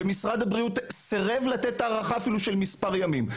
משרד הבריאות סירב לתת אפילו הארכה של מספר ימים.